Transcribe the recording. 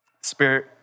Spirit